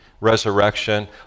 resurrection